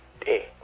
day